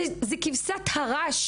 זה כבשת הרש